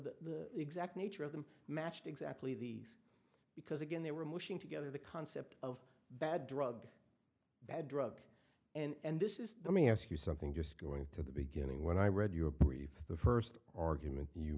the exact nature of them matched exactly these because again they were mushing together the concept of bad drug bad drug and this is the me ask you something just going to the beginning when i read your brief the first argument you